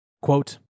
Quote